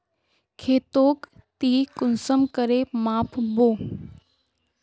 खेतोक ती कुंसम करे माप बो?